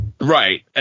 Right